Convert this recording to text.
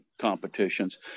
competitions